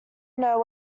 know